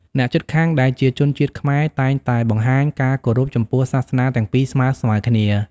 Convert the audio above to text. អ្នកជិតខាងដែលជាជនជាតិខ្មែរតែងតែបង្ហាញការគោរពចំពោះសាសនាទាំងពីរស្មើៗគ្នា។